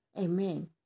Amen